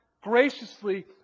graciously